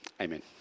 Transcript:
Amen